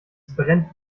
brennt